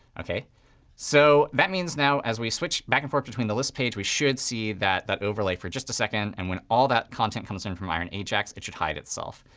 so that means now as we switch back and forth between the list page, we should see that that overlay for just a second. and when all that content comes in from iron ajax, it should hide itself.